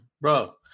Bro